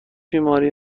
بیماری